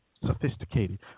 sophisticated